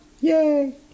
Yay